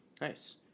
Nice